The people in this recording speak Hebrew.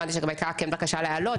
הבנתי שהיתה כן בקשה להעלות,